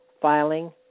filing